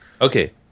Okay